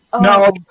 No